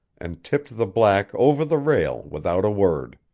and tipped the black over the rail without a word.